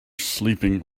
sleeping